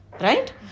Right